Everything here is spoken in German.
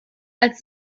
als